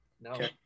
No